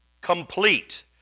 complete